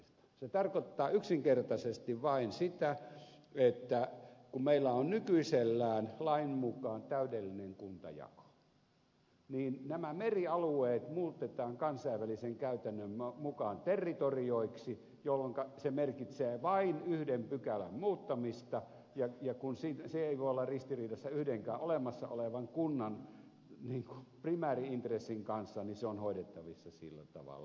se tarkoittaa yksinkertaisesti vain sitä että kun meillä on nykyisellään lain mukaan täydellinen kuntajako niin nämä merialueet muutetaan kansainvälisen käytännön mukaan territorioiksi jolloinka se merkitsee vain yhden pykälän muuttamista ja kun se ei voi olla ristiriidassa yhdenkään olemassa olevan kunnan primääri intressin kanssa niin se on hoidettavissa sillä tavalla